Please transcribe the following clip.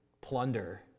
plunder